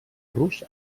rus